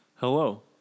Hello